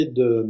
de